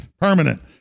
permanent